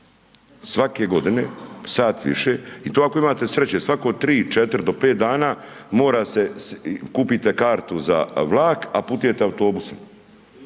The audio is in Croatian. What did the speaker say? svake godine sat više i to ako imate sreće, svako 3, 4 do 5 dana mora se kupite kartu za vlak, a putujete autobusom